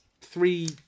three